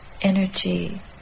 energy